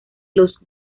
los